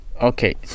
okay